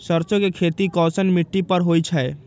सरसों के खेती कैसन मिट्टी पर होई छाई?